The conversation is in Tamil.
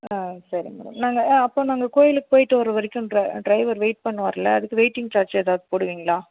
ஆ சரி மேடம் நாங்கள் ஆ அப்போது நாங்கள் கோயிலுக்கு போயிட்டு வர்ற வரைக்கும் ட்ர ட்ரைவர் வெயிட் பண்ணுவார்ல அதுக்கு வெயிட்டிங் சார்ஜ் ஏதாவது போடுவீங்களா